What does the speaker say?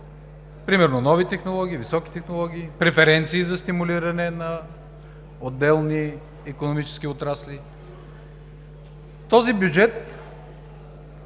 примерно нови технологии, високи технологии, преференции за стимулиране на отделни икономически отрасли? Този бюджет